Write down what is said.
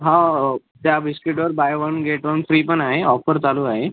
हो त्या बिस्कीटवर buy one get one free पण आहे ऑफर चालू आहे